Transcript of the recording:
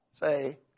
Say